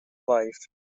life